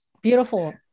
Beautiful